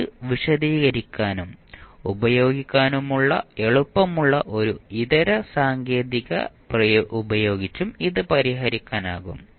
ഇത് വിശദീകരിക്കാനും ഉപയോഗിക്കാനുമുള്ള എളുപ്പമുള്ള ഒരു ഇതര സാങ്കേതികത ഉപയോഗിച്ചും ഇത് പരിഹരിക്കാനാകും